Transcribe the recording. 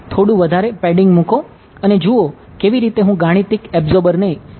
થોડુ વધારે પેડીંગ મૂકો અને જુઓ કેવી રીતે હું ગાણિતિક એબ્સોર્બર કરું છું